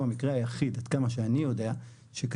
המקרה היחיד עד כמה שאני יודע שקיים,